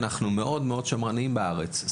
מאוד שמרניים בארץ.